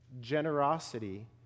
generosity